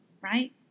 right